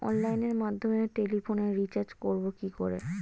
অনলাইনের মাধ্যমে টেলিফোনে রিচার্জ করব কি করে?